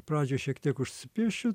pradžioj šiek tiek piešiu